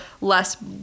less